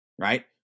right